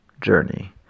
journey